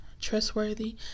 trustworthy